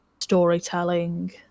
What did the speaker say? storytelling